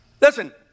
Listen